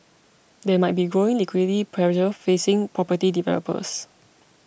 there might be growing liquidity pressure facing property developers